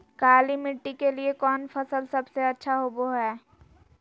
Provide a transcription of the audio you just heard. काली मिट्टी के लिए कौन फसल सब से अच्छा होबो हाय?